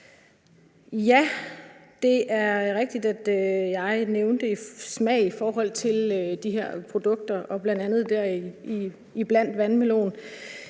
Det er rigtigt, at jeg nævnte smag i forhold til de her produkter, deriblandt smagen af vandmelon.